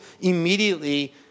immediately